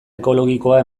ekologikoa